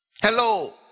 Hello